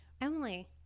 Emily